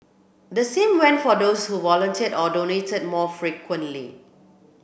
the same went for those who volunteered or donated more frequently